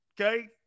okay